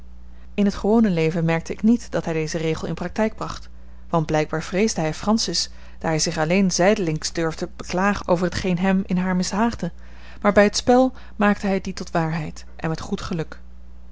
in het gewone leven merkte ik niet dat hij dezen regel in praktijk bracht want blijkbaar vreesde hij francis daar hij zich alleen zijdelings durfde beklagen over t geen hem in haar mishaagde maar bij het spel maakte hij dien tot waarheid en met goed geluk